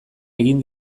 egin